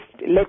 let